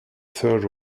third